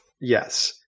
yes